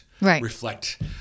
reflect